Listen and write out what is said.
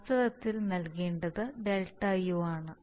വാസ്തവത്തിൽ നൽകേണ്ടത് Δu ആണ്